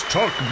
Talk